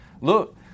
Look